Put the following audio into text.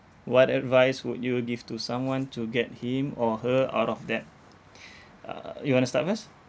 what advice would you give to someone to get him or her out of debt uh you want to start first